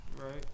Right